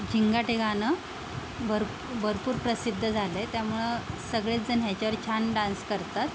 झिंगाट हे गाणं बर भरपूर प्रसिद्ध झालंय त्यामुळं सगळेचजण ह्याच्यावर छान डान्स करतात